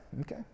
Okay